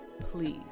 please